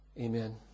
Amen